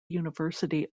university